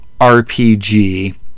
RPG